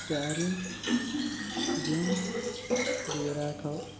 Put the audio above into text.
ଚାରି ଜୁନ ଦୁଇହଜାର ଆଠ